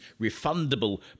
refundable